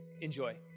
Enjoy